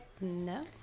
No